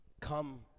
Come